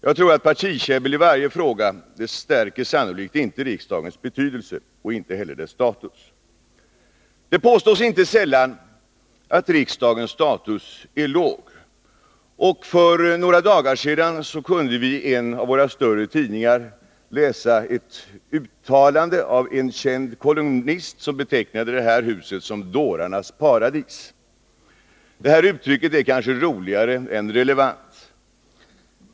Jag tror att partikäbbel i varje fråga sannolikt inte stärker riksdagens betydelse, inte heller dess status. Det påstås inte sällan att riksdagens status är låg. För några dagar sedan kunde vi i en av våra större tidningar läsa ett uttalande av en känd kolumnist, som betecknade detta hus som dårarnas paradis. Detta uttryck är kanske mer 4 Riksdagens protokoll 1982/83:45-46 roligt än relevant.